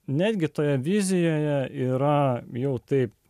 netgi toje vizijoje yra jau taip